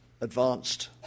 advanced